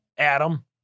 Adam